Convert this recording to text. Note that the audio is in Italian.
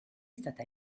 stata